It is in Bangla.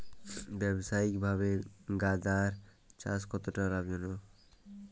ব্যবসায়িকভাবে গাঁদার চাষ কতটা লাভজনক?